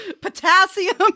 potassium